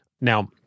Now